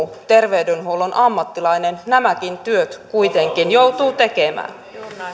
terveydenhuollon ammattilainen nämäkin työt kuitenkin joutuu tekemään